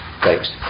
thanks